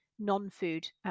non-food